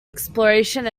exploration